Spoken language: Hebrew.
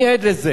אני עד לזה,